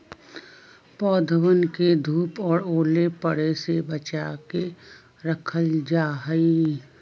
पौधवन के धूप और ओले पड़े से बचा के रखल जाहई